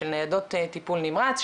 של ניידות טיפול נמרץ,